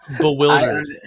Bewildered